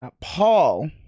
Paul